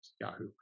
Yahoo